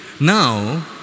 now